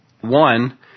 One